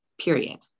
period